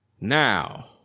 Now